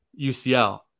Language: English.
UCL